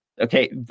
Okay